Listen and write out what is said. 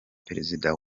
perezida